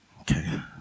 Okay